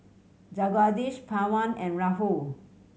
Jagadish Pawan and Rahul